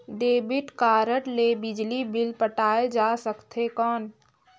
Debit card ले बिजली bill पटाय जा सकथे कौन?